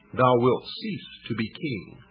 thou wilt cease to be king!